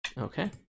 Okay